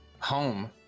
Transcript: home